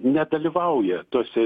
nedalyvauja tose